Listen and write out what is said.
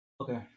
Okay